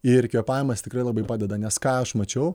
ir kvėpavimas tikrai labai padeda nes ką aš mačiau